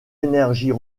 énergies